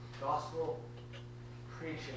gospel-preaching